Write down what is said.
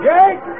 Jake